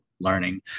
learning